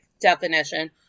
definition